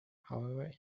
however